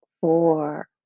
four